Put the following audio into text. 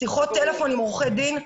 שיחות טלפון עם עורכי דין.